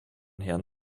herrn